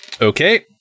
Okay